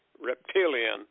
reptilian